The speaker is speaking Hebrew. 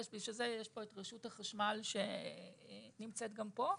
ובשביל זה יש פה את רשות החשמל שנמצאת גם פה,